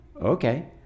Okay